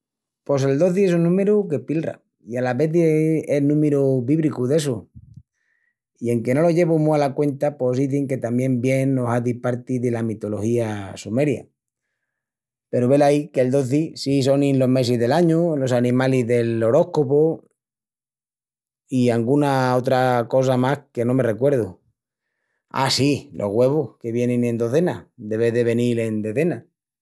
Pos el dozi es un númiru que pilra, i alas vezis es númiru bíbricu d'essus. I enque no lo llevu mu ala cuenta, pos izin que tamién vien o hazi parti dela mitología sumeria. Peru velaí que'l dozi si sonin los mesis del añu, los animalis del oróscopu i anguna otra cosa más que no me recuerdu. A, sí, los güevus, que vienin en dozenas, de ves de venil en dezenas.